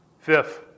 Fifth